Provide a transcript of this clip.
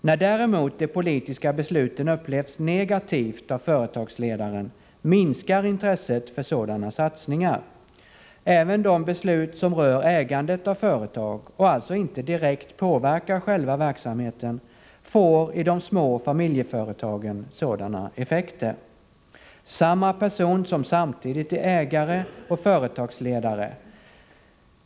När däremot de politiska besluten upplevs negativt av företagsledaren minskar intresset för sådana satsningar. Även de beslut som rör ägandet av företag och alltså inte direkt påverkar själva verksamheten får i de små familjeföretagen sådana effekter. Samma person är samtidigt ägare och företagsledare.